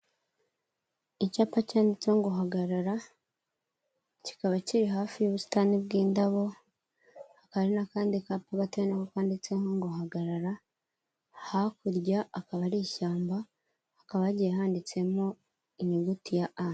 Icyapa cyanditseho ngo hagarara, kikaba kiri hafi y'ubusitani bw'indabo, hakaba hari n'akandi kapa gatoya na ko kanditseho ngo hagarara, hakurya akaba ari ishyamba, hakaba hagiye handitsemo inyuguti ya A.